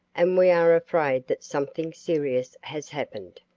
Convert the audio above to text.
and we are afraid that something serious has happened,